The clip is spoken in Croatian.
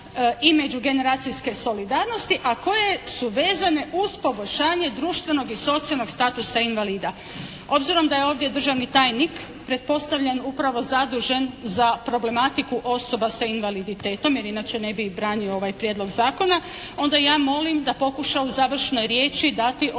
i međugeneracijske solidarnosti, a koje su vezane uz poboljšanje društvenog i socijalnog statusa invalida. Obzirom da je ovdje državni tajnik pretpostavljam upravo zadužen za problematiku osoba sa invaliditetom, jer inače ne bi branio ovaj prijedlog zakona, onda ja molim da pokuša u završnoj riječi dati